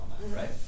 Right